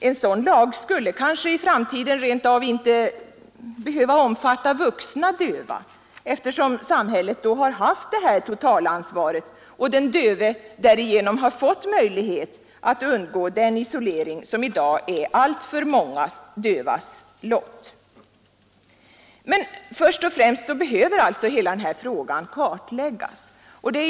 En sådan lag skulle kanske i framtiden inte behöva omfatta vuxna döva, eftersom samhället då haft det här totalansvaret och den döve därigenom har fått möjlighet att undgå den isolering som i dag är alltför många dövas lott. Men först och främst behöver alltså hela frågan kartläggas.